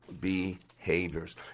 behaviors